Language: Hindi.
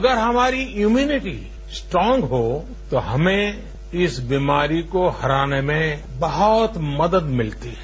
अगर हमारी इम्यूनिटी स्ट्रांग हो तो हमें इस बीमारी को हराने में बहत मदद मिलती है